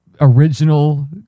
original